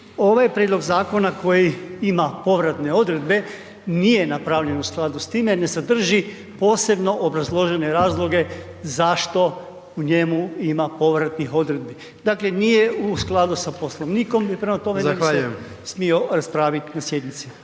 ovaj prijedlog zakona koji ima povratne odredbe nije napravljen u skladu s time, ne sadrži posebno obrazložene razloge zašto u njemu ima povratnih odredbi. Dakle, nije u skladu Poslovnik i prema tome ne bi se smio raspravit na sjednici.